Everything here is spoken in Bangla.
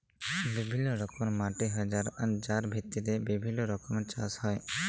বিভিল্য রকমের মাটি হ্যয় যার ভিত্তিতে বিভিল্য রকমের চাস হ্য়য়